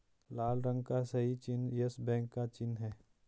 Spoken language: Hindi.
लाल रंग का सही चिन्ह यस बैंक का चिन्ह है